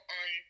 on